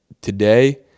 today